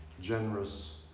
generous